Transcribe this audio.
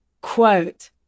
Quote